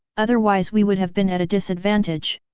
otherwise we would have been at a disadvantage!